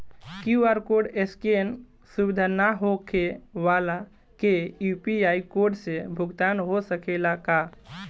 QR code scan सुविधा ना होखे वाला के यू.पी.आई कोड से भुगतान हो सकेला का?